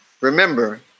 remember